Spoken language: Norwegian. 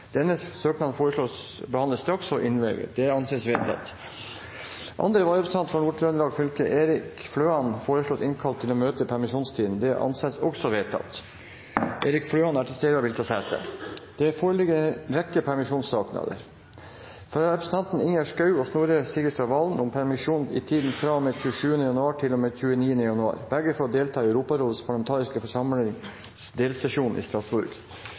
fylke, Erik Fløan, innkalles for å møte i permisjonstiden. Erik Fløan er til stede og vil ta sete. Det foreligger en rekke permisjonssøknader: fra representanten Ingjerd Schou og Snorre Serigstad Valen om permisjon i tiden fra og med 27. januar til og med 29. januar – begge for å delta i Europarådets parlamentariske forsamlings delsesjon i